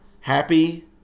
Happy